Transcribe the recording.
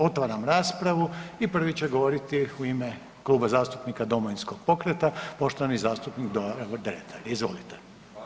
Otvaram raspravu i prvi će govoriti u ime Kluba zastupnika Domovinskog pokreta poštovani zastupnik Davor Dretar, izvolite.